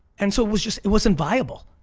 and so it was just, it wasn't viable.